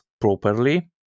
properly